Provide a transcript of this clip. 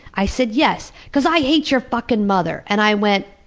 i said, yes. because i hate your fucking mother! and i went,